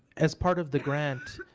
as part of the grant,